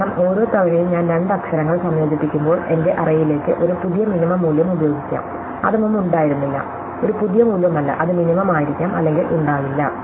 കാരണം ഓരോ തവണയും ഞാൻ രണ്ട് അക്ഷരങ്ങൾ സംയോജിപ്പിക്കുമ്പോൾ എന്റെ അറേയിലേക്ക് ഒരു പുതിയ മിനിമം മൂല്യം ഉപയോഗിക്കാം അത് മുമ്പുണ്ടായിരുന്നില്ല ഒരു പുതിയ മൂല്യമല്ല അത് മിനിമം ആയിരിക്കാം അല്ലെങ്കിൽ ഉണ്ടാകില്ല